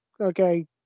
okay